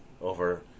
over